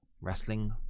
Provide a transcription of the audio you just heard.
wrestling